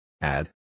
Add